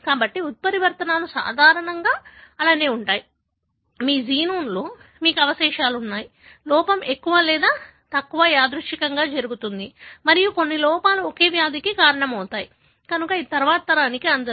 కాబట్టి ఉత్పరివర్తనలు సాధారణంగా అలానే ఉంటాయి మీ జీనోమ్లో మీకు అవశేషాలు ఉన్నాయి లోపం ఎక్కువ లేదా తక్కువ యాదృచ్ఛికంగా జరుగుతుంది మరియు కొన్ని లోపాలు ఒక వ్యాధికి కారణమవుతాయి కనుక ఇది తరువాతి తరానికి అందదు